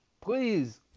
please